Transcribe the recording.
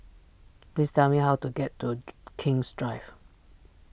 please tell me how to get to King's Drive